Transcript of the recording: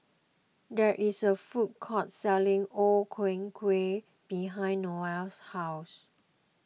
there is a food court selling O Ku Kueh behind Noel's house